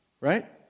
right